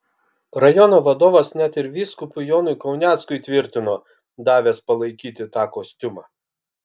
rajono vadovas net ir vyskupui jonui kauneckui tvirtino davęs palaikyti tą kostiumą